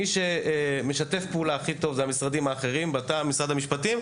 מי שמשתף פעולה הכי טוב אלה המשרדים האחרים - משרד המשפטים,